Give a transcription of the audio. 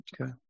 Okay